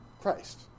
Christ